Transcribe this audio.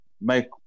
make